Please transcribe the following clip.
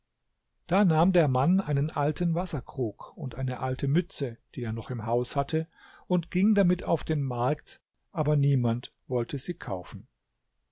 da nahm der mann einen alten wasserkrug und eine alte mütze die er noch im haus hatte und ging damit auf den markt aber niemand wollte sie kaufen